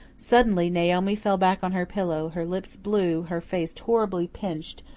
suddenly, naomi fell back on her pillow, her lips blue, her face horribly pinched,